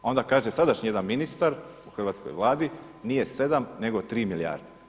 Onda kaže sadašnji jedan ministar u hrvatskoj Vladi – nije 7 nego 3 milijarde.